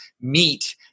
meet